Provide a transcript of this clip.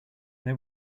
they